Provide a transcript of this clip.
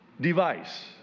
device